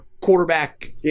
quarterback